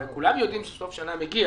הרי כולם יודעים שסוף שנה מגיע,